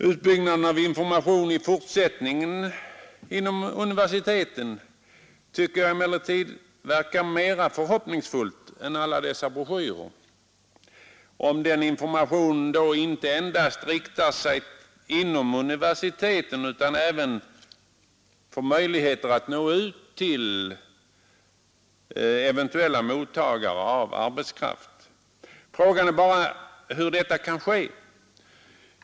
Utbyggnaden av information i fortsättningen inom universiteten tycker jag emellertid verkar mer hoppingivande än alla dessa broschyrer, förutsatt att denna information då inte endast sprids inom universiteten utan även får möjligheter att nå ut till eventuella mottagare av arbetskraft. Frågan är bara hur detta kan ske.